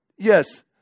Yes